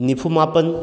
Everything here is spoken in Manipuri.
ꯅꯤꯐꯨ ꯃꯥꯄꯟ